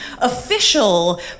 official